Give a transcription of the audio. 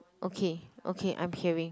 okay okay I'm hearing